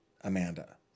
Amanda